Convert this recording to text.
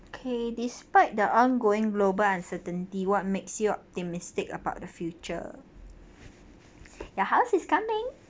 okay despite the ongoing global uncertainty what makes you optimistic about the future your house is coming